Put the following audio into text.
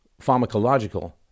pharmacological